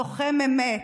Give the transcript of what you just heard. לוחם אמת,